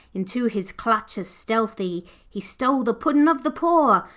into his clutches stealthy he stole the puddin' of the poor,